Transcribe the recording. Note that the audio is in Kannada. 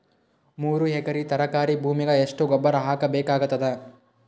ಮೂರು ಎಕರಿ ತರಕಾರಿ ಭೂಮಿಗ ಎಷ್ಟ ಗೊಬ್ಬರ ಹಾಕ್ ಬೇಕಾಗತದ?